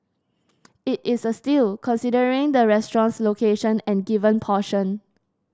it is a steal considering the restaurant's location and given portion